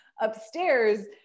upstairs